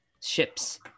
ships